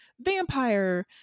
vampire